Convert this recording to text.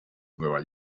nueva